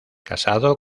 casado